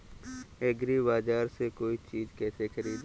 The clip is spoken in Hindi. एग्रीबाजार से कोई चीज केसे खरीदें?